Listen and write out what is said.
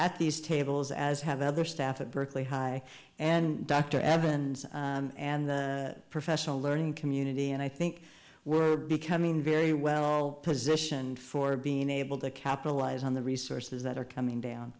at these tables as have other staff at berkeley high and dr evans and the professional learning community and i think we're becoming very well positioned for being able to capitalize on the resources that are coming down